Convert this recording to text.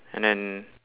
and then